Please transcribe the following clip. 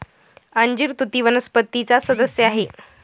अंजीर तुती वनस्पतीचा सदस्य आहे